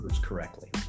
correctly